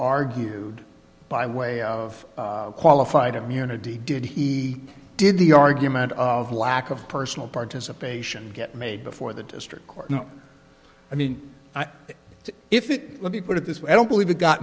argued by way of qualified immunity did he did the argument of lack of personal participation get made before the district court no i mean if it let me put it this way i don't believe it go